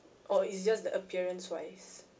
or it's just the appearance wise